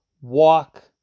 walk